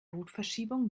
rotverschiebung